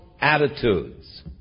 attitudes